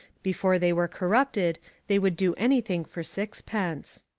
before they were corrupted they would do anything for sixpence.